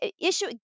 issue